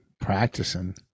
practicing